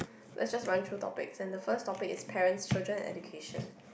let's just run through topics and the first topic is parents children education